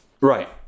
Right